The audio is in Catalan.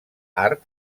art